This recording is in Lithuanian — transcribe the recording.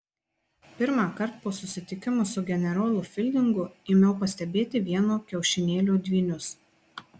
pirmąkart po susitikimo su generolu fildingu ėmiau pastebėti vieno kiaušinėlio dvynius